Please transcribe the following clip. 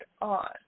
on